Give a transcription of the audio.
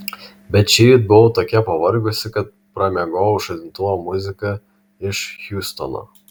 bet šįryt buvau tokia pavargusi kad pramiegojau žadintuvo muziką iš hjustono